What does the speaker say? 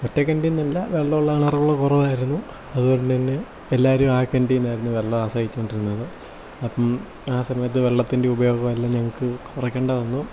ഒറ്റ കിണറ്റിന്നല്ല വെള്ളം ഉള്ള കിണർ കുറവായിരുന്നു അതുപോലെതന്നെ എല്ലാവരും ആ കിണറ്റിന്നാണ് വെള്ളം ആശ്രയിച്ചുകൊണ്ടിരുന്നത് അപ്പം ആ സമയത്ത് വെള്ളത്തിൻ്റെ ഉപയോഗം എല്ലാം ഞങ്ങൾക്ക് കുറയ്ക്കേണ്ടി വന്നു